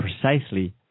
precisely